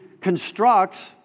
constructs